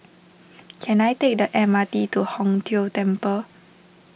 can I take the M R T to Hong Tho Temple